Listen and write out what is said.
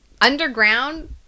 Underground